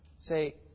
Say